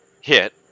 hit